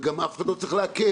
וגם אף אחד לא צריך לעכב,